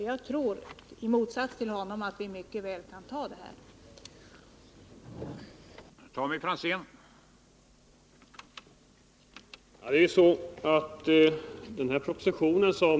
Jag tror i motsats till honom att vi mycket väl kan ta den här höjningen.